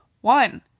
one